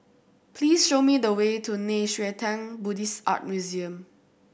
please show me the way to Nei Xue Tang Buddhist Art Museum